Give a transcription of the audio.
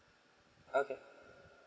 okay